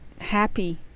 happy